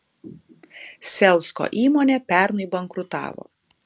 selsko įmonė pernai bankrutavo